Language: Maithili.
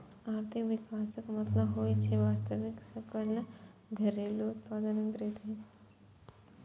आर्थिक विकासक मतलब होइ छै वास्तविक सकल घरेलू उत्पाद मे वृद्धि